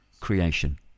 creation